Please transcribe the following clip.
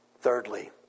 Thirdly